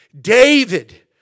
David